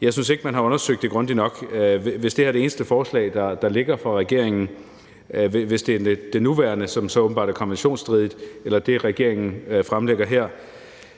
Jeg synes ikke, man har undersøgt det grundigt nok, hvis det her er det eneste forslag, der ligger fra regeringen. Hvis det er det nuværende, som åbenbart er konventionsstridigt, eller det, regeringen fremlægger her,